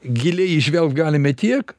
giliai įžvelgt galime tiek